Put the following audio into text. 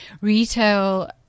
retail